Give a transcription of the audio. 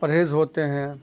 پرہیز ہوتے ہیں